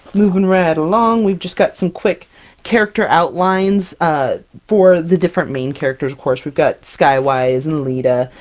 movin' right along, we've just got some quick character outlines ah for the different main characters. of course we've got skywise and leetah,